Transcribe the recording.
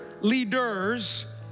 leaders